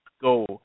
go